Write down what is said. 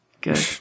Good